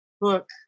book